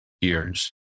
years